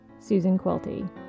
susanquilty